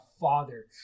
father